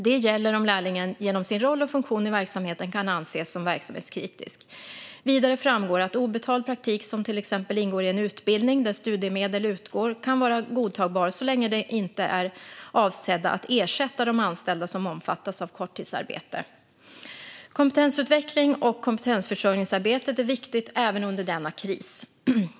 Det gäller om lärlingen genom sin roll och funktion i verksamheten kan anses som verksamhetskritisk. Vidare framgår att obetald praktik som till exempel ingår i en utbildning där studiemedel utgår kan vara godtagbart så länge de inte är avsedda att ersätta de anställda som omfattas av korttidsarbete. Kompetensutveckling och kompetensförsörjningsarbete är viktigt även under denna kris.